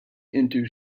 into